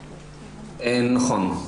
נכון.